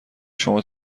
شما